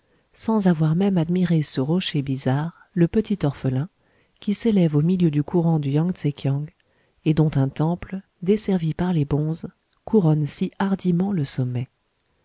sans avoir même admiré ce rocher bizarre le petitorphelin qui s'élève au milieu du courant du yang tze kiang et dont un temple desservi par les bonzes couronne si hardiment le sommet